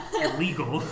Illegal